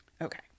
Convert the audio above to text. Okay